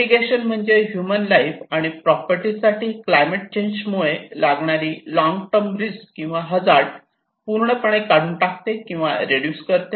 mitigation म्हणजे human life आणि property साठी क्लायमेट चेंज मुळे असणारी लॉंग टर्म रिस्क किंवा हजार्ड पूर्णपणे काढून टाकते किंवा रेडूस करते